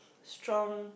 strong